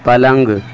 پلنگ